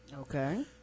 Okay